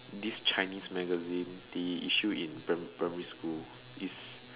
this chinese magazine they issue in pri~ primary school this